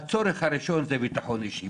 הצורך הראשון הוא ביטחון אישי.